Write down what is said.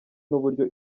n’uburyo